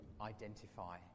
identify